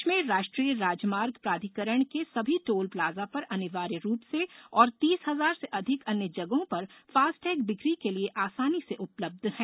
देश में राष्ट्रीय राजमार्ग प्राधिकरण के सभी टोल प्लाजा पर अनिवार्य रूप से और तीस हजार से अधिक अन्य जगहों पर फास्टैग बिक्री के लिए आसानी से उपलब्ध हैं